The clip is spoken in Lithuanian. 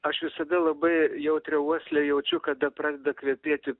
aš visada labai jautria uosle jaučiu kada pradeda kvepėti